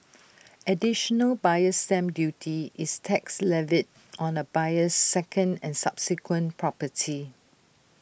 additional buyer's stamp duty is tax levied on A buyer's second and subsequent property